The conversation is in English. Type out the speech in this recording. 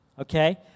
Okay